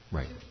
Right